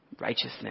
righteousness